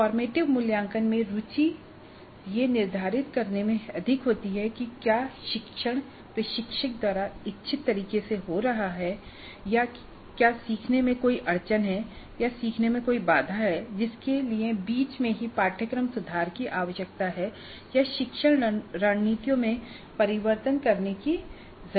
formative मूल्यांकन में रुचि यह निर्धारित करने में अधिक होती है कि क्या शिक्षण प्रशिक्षक द्वारा इच्छित तरीके से हो रहा है या क्या सीखने में कोई अड़चन है या सीखने में कोई बाधा है जिसके लिए बीच में ही पाठ्यक्रम सुधार की आवश्यकता है या शिक्षण रणनीतियों में परिवर्तन करने की जरूरत है